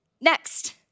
Next